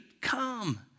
come